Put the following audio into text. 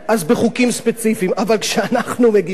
אבל כשאנחנו מגישים חוקים ספציפיים,